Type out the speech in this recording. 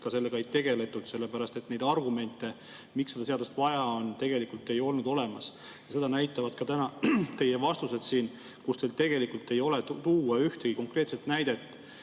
sellega ka ei tegeldud sellepärast, et argumente, miks seda seadust vaja on, tegelikult ei olnud olemas. Seda näitavad täna ka teie vastused. Teil tegelikult ei ole tuua ühtegi konkreetset näidet